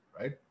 right